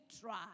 try